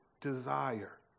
desire